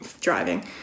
driving